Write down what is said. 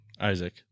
Isaac